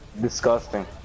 disgusting